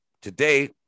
Today